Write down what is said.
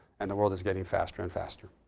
and the world is getting faster and faster.